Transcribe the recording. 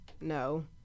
No